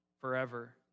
forever